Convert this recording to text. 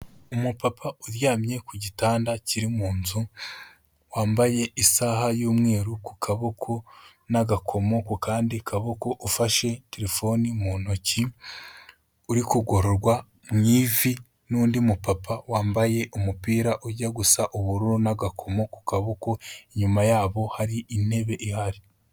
Umupapa uryamye ku gitanda kiri mu nzu, wambaye isaha y'umweru ku kaboko n'agakomo ku kandi kaboko, ufashe telefoni mu ntoki, uri kugororwa mu ivi n'undi mupapa wambaye umupira ujya gusa ubururu n'agakomo ku kaboko, inyuma yabo hari intebe ihari.